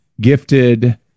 gifted